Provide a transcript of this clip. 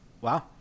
Wow